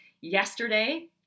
yesterday